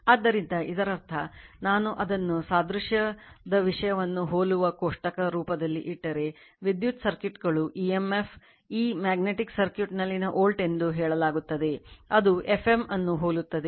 ಆದ್ದರಿಂದ ಇದರರ್ಥ ನಾನು ಅದನ್ನು ಸಾದೃಶ್ಯದ ವಿಷಯವನ್ನು ಹೋಲುವ ಕೋಷ್ಟಕ ರೂಪದಲ್ಲಿ ಇಟ್ಟರೆ ವಿದ್ಯುತ್ ಸರ್ಕ್ಯೂಟ್ಗಳು emf E ಮ್ಯಾಗ್ನೆಟಿಕ್ ಸರ್ಕ್ಯೂಟ್ನಲ್ಲಿ ವೋಲ್ಟ್ ಎಂದು ಹೇಳಲಾಗುತ್ತದೆ ಅದು Fm ಅನ್ನು ಹೋಲುತ್ತದೆ